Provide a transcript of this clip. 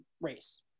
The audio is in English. race